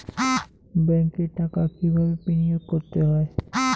ব্যাংকে টাকা কিভাবে বিনোয়োগ করতে হয়?